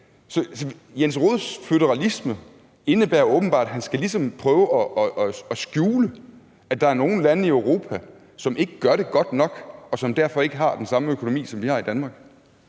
Hr. Jens Rohdes føderalisme indebærer åbenbart, at han ligesom skal prøve at skjule, at der er nogle lande i Europa, som ikke gør det godt nok, og som derfor ikke har den samme økonomi, som vi har i Danmark.